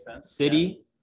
City